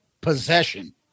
possession